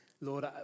Lord